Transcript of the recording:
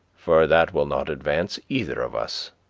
for that will not advance either of us.